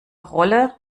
rolle